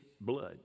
blood